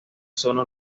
zona